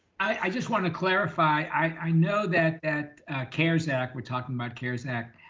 i just wanna clarify, i know that that carers act were talking about carers act